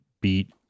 beat